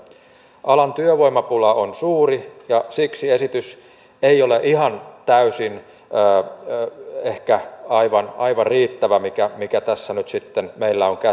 alan työvoimapula on suuri ja siksi esitys mikä tässä nyt sitten meillä on käsissä ei ole ihan täysin ehkä aivan riittävä mikä mikä tässä nyt sitten ei laukea